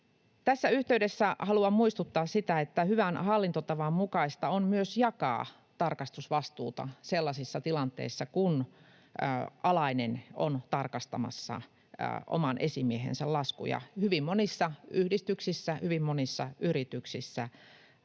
Tässä yhteydessä haluan muistuttaa siitä, että hyvän hallintotavan mukaista on myös jakaa tarkastusvastuuta sellaisissa tilanteissa, joissa alainen on tarkastamassa oman esimiehensä laskuja. Hyvin monissa yhdistyksissä, hyvin monissa yrityksissä